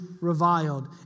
reviled